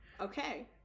Okay